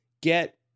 get